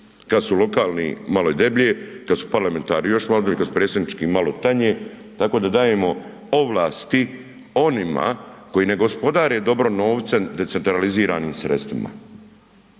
kad su lokalni malo je deblje, kad su parlamentarni još malo deblje, kad su predsjednički malo tanje tako da dajemo ovlasti onima koji ne gospodare dobro novcem decentraliziranim sredstvima.